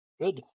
Good